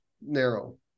narrow